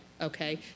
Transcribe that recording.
okay